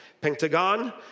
Pentagon